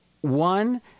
one